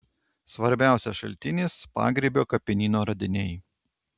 svarbiausias šaltinis pagrybio kapinyno radiniai